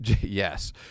Yes